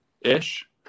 ish